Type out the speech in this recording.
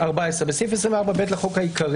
תיקון סעיף 24 14. בסעיף 24(ב) לחוק העיקרי,